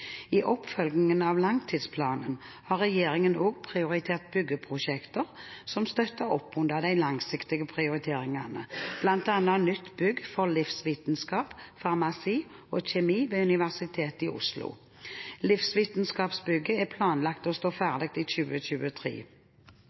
I oppfølgingen av langtidsplanen har regjeringen også prioritert byggeprosjekter som støtter opp under de langsiktige prioriteringene, bl.a. nytt bygg for livsvitenskap, farmasi og kjemi ved Universitetet i Oslo. Livsvitenskapsbygget er planlagt å stå ferdig i 2023.